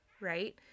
right